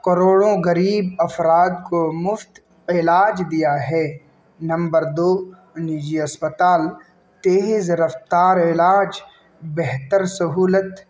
کروڑوں غریب افراد کو مفت علاج دیا ہے نمبر دو نجی اسپتال تیز رفتار علاج بہتر سہولت